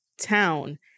town